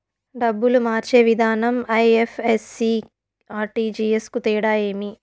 డబ్బులు మార్చే విధానం ఐ.ఎఫ్.ఎస్.సి, ఆర్.టి.జి.ఎస్ కు తేడా ఏమి?